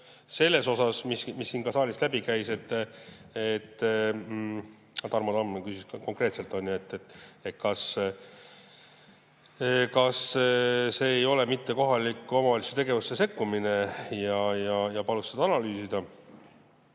[teema] vastu, mis siit saalistki läbi käis. Tarmo Tamm küsis konkreetselt, kas see ei ole mitte kohaliku omavalitsuse tegevusse sekkumine, ja palus seda analüüsida.